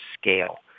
scale